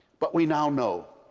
but we now know.